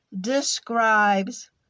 describes